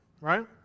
right